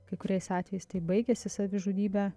kai kuriais atvejais tai baigiasi savižudybe